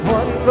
one